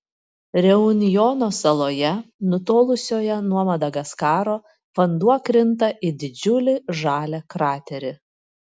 reunjono saloje nutolusioje nuo madagaskaro vanduo krinta į didžiulį žalią kraterį